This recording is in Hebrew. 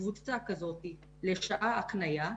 קבוצה כזאת לשעה הקנייה,